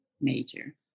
major